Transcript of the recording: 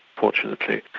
fortunately.